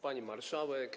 Pani Marszałek!